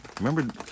remember